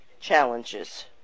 challenges